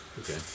okay